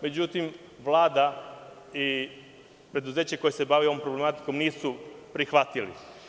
Međutim, Vlada i preduzeće koje se bavi ovom problematikom nisu prihvatili.